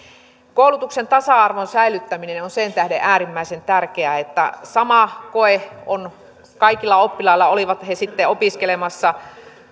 koulutuksen tasa arvon säilyttäminen on sen tähden äärimmäisen tärkeää se että sama koe on kaikilla oppilailla olivat he sitten opiskelemassa